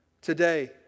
today